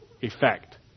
effect